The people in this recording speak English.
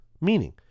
meaning